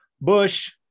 bush